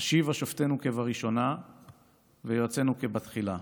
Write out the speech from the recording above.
"השיבה שופטינו כבראשונה ויועצינו כבתחילה".